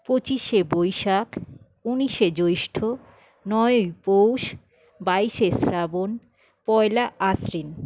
পঁচিশে বৈশাখ উনিশে জ্যৈষ্ঠ নয়ই পৌষ বাইশে শ্রাবণ পয়লা আশ্বিন